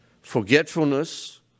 forgetfulness